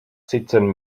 sitzen